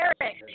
Eric